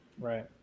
Right